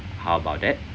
how about that